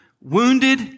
wounded